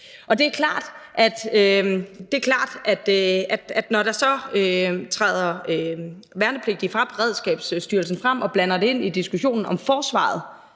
Det er klart, at når der så træder værnepligtige fra Beredskabsstyrelsen frem og blander det ind i diskussionen om forsvaret